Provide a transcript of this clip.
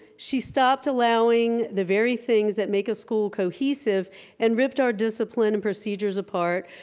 she stopped allowing the very things that make a school cohesive and ripped our discipline and procedures apart,